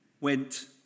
went